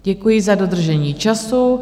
Děkuji za dodržení času.